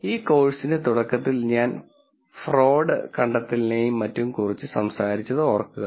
ഈ കോഴ്സിന്റെ തുടക്കത്തിൽ ഞാൻ ഫ്രോഡ് കണ്ടെത്തലിനെയും മറ്റും കുറിച്ച് സംസാരിച്ചത് ഓർക്കുക